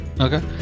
Okay